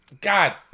God